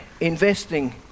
investing